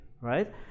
right